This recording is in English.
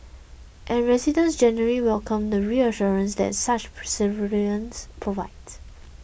and residents generally welcome the reassurance that such per surveillance provides